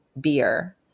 beer